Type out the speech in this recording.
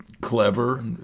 clever